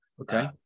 Okay